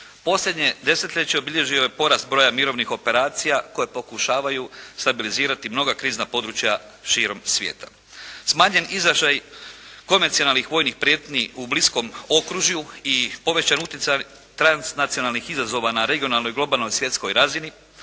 Posljednje desetljeće obilježio je porast broja mirovnih operacija koje pokušavaju stabilizirati mnoga krizna područja širom svijeta. Smanjen izražaj konvencionalnih vojnih prijetnji u bliskom okružju i povećan utjecaj transnacionalnih izazova na regionalnoj, globalnoj, svjetskoj razini,